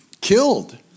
killed